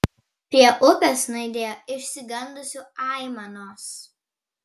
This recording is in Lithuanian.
prie upės nuaidėjo išsigandusių aimanos